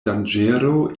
danĝero